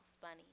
bunny